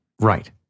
right